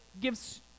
gives